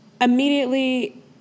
immediately